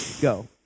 Go